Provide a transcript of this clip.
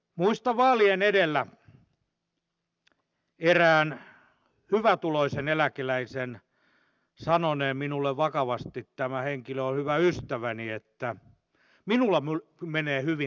muistan vaalien edellä erään hyvätuloisen eläkeläisen sanoneen minulle vakavasti tämä henkilö on hyvä ystäväni että minulla menee hyvin